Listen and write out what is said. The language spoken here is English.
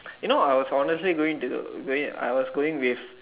you know I was honestly going to going I was going with